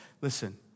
Listen